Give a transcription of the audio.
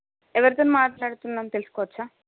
ఎవరితోని మాట్లాడుతున్నామో తెలుసుకోవచ్చా